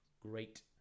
great